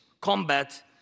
combat